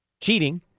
cheating